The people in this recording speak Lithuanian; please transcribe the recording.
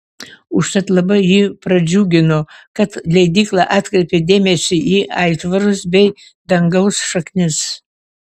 užtat labai jį pradžiugino kad leidykla atkreipė dėmesį į aitvarus bei dangaus šaknis